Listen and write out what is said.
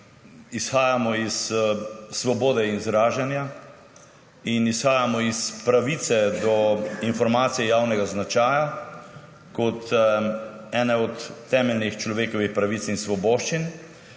izhajamo iz svobode izražanja in izhajamo iz pravice do informacij javnega značaja kot ene od temeljnih človekovih pravic in svoboščin,